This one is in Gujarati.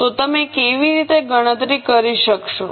તો તમે કેવી રીતે ગણતરી કરી શકશો